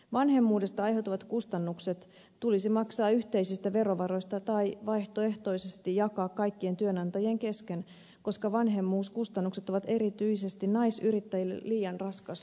vanhemmuudesta aiheutuvat kustannukset tulisi maksaa yhteisistä verovaroista tai vaihtoehtoisesti jakaa kaikkien työnantajien kesken koska vanhemmuuskustannukset ovat erityisesti naisyrittäjille liian raskas menoerä